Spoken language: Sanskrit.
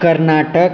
कर्णाटकः